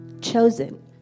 chosen